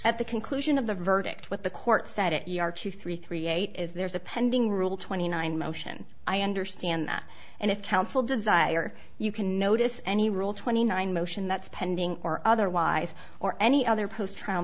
at the conclusion of the verdict what the court said it you are two three three eight is there is a pending rule twenty nine motion i understand that and if counsel desire you can notice any rule twenty nine motion that's pending or otherwise or any other post trial